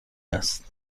است